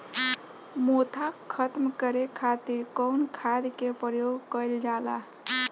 मोथा खत्म करे खातीर कउन खाद के प्रयोग कइल जाला?